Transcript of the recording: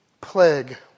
Plague